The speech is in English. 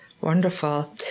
Wonderful